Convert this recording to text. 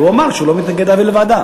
אבל הוא אמר שהוא לא מתנגד להעביר לוועדה.